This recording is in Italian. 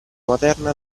materna